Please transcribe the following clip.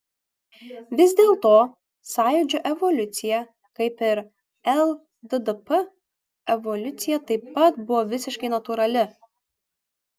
vis dėlto sąjūdžio evoliucija kaip ir lddp evoliucija taip pat buvo visiškai natūrali